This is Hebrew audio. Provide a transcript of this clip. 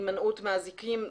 הימנעות מאזיקים,